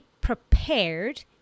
prepared